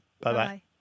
Bye-bye